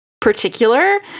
particular